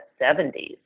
70s